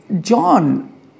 John